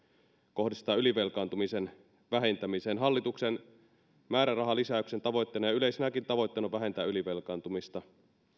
kohdistetaan ylivelkaantumisen vähentämiseen hallituksen määrärahalisäyksen tavoitteena ja yleisenäkin tavoitteena on vähentää ylivelkaantumista